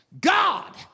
God